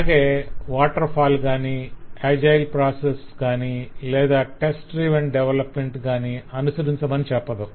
అలాగే waterfall కాని agile process గాని లేదా టెస్ట్ డ్రివెన్ డెవలప్మెంట్ ను కాని అనుసరించమని చెప్పదు